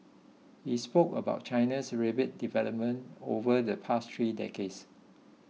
he spoke about China's rapid development over the past three decades